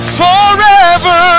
forever